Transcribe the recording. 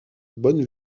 bonne